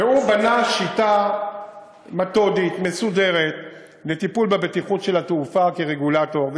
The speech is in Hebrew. והוא בנה שיטה מתודית ומסודרת לטיפול בבטיחות של התעופה כרגולטור.